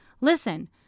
Listen